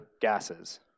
gases